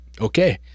okay